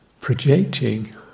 projecting